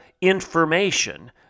information